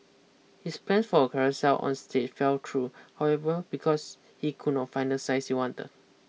his plan for a carousel on stage fell through however because he could not find the size he wanted